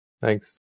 Thanks